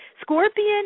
Scorpion